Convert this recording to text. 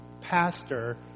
pastor